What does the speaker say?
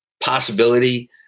Possibility